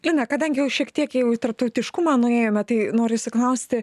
lina kadangi jau šiek tiek jau į tarptautiškumą nuėjome tai norisi klausti